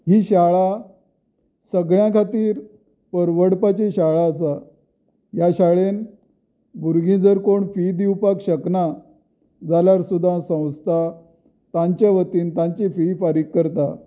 ही शाळा सगळ्यां खातीर परवडपाची शाळा आसा ह्या शाळेंत भुरगीं जर कोण फी दिवपाक शकनात जाल्यार सुद्दां संस्था तांचे वतीन तांची फी फारीक करता